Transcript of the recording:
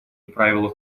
правилах